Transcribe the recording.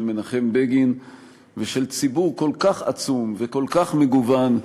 של מנחם בגין ושל ציבור כל כך עצום וכל כך מגוון: